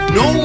no